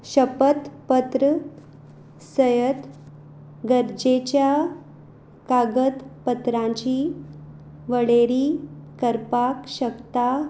शपतपत्र सयत गरजेच्या कागदपत्रांची वळेरी करपाक शकता